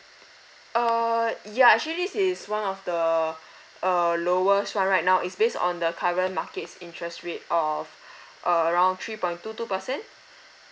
uh ya actually this is one of the uh lowest one right now is based on the current market's interest rate of err around three point two two percent